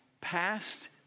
past